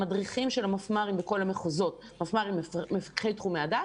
מפמ"רים הם מפקחי תחומי דעת.